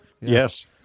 yes